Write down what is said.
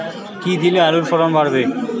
কী দিলে আলুর ফলন বাড়বে?